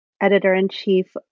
editor-in-chief